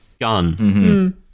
Gun